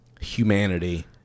humanity